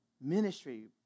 ministry